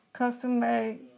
custom-made